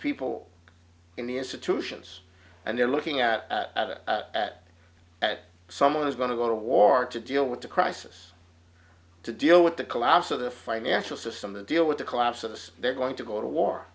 people in the institutions and they're looking at it at that someone is going to go to war to deal with the crisis to deal with the collapse of the financial system and deal with the collapse of they're going to go to war